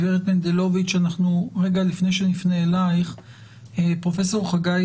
גברת מנדלוביץ' אנחנו רגע לפני שנפנה אליך פרופסור חגי